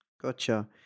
Gotcha